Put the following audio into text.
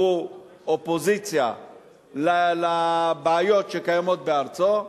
והוא אופוזיציה לבעיות שקיימות בארצו,